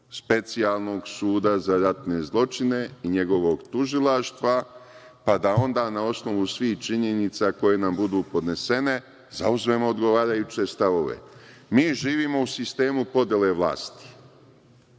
Specijalnog suda za ratne zločine i njegovog tužilaštva, pa da onda na osnovu svih činjenica koje nam budu podnesene zauzmemo odgovarajuće stavove. Mi živimo u sistemu podele vlasti.